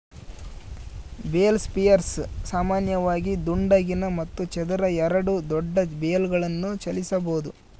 bale spears ಸಾಮಾನ್ಯವಾಗಿ ದುಂಡಗಿನ ಮತ್ತು ಚದರ ಎರಡೂ ದೊಡ್ಡ ಬೇಲ್ಗಳನ್ನು ಚಲಿಸಬೋದು